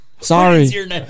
Sorry